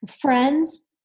friends